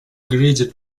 greedy